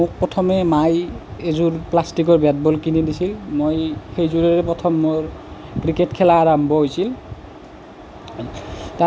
মোক প্ৰথমে মায়ে এযোৰ প্লাষ্টিকৰ বেট বল কিনি দিছিল মই সেইযোৰৰে প্ৰথম মোৰ ক্ৰিকেট খেলা আৰম্ভ হৈছিল